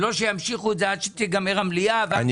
ולא שימשיכו את זה עד שתיגמר המליאה ועד --- אני